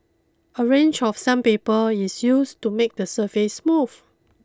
a range of sandpaper is used to make the surface smooth